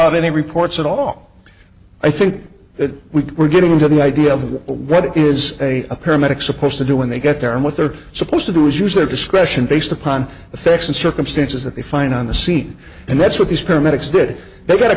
out any reports at all i think that we were getting into the idea of what is a paramedic supposed to do when they get there and what they're supposed to do is use their discretion based upon the facts and circumstances that they find on the scene and that's what these paramedics did they got a